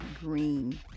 green